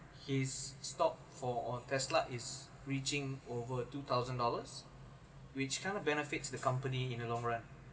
his stock for a tesla is reaching over two thousand dollars which kind of benefits the company in the long run